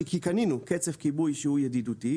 כי קנינו קצף כיבוי שהוא ידידותי,